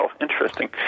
Interesting